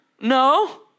no